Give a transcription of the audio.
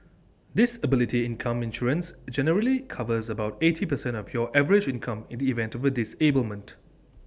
disability income insurance generally covers about eighty percent of your average income in the event of A disablement